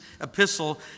epistle